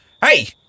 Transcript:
Hey